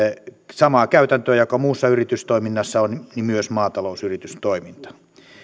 samaa käytäntöä joka muussa yritystoiminnassa on myös maatalousyritystoimintaan